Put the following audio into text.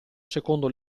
secondo